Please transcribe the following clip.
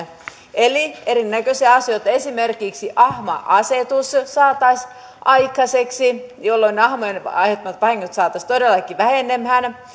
eli erinäköisiä asioita esimerkiksi ahma asetus saataisiin aikaiseksi jolloin ahmojen aiheuttamat vahingot saataisiin todellakin vähenemään